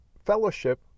fellowship